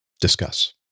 Discuss